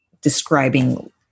describing